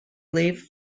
leaf